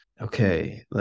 okay